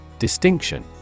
Distinction